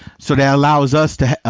so that allows us to,